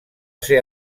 ser